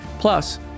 Plus